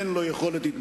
אין להם יכולת התנגדות,